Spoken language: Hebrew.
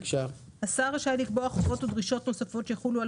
השר רשאי לקבוע חובות ודרישות נוספות שיחולו על